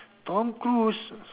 Tom-Cruise